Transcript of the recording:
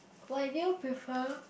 why did you prefer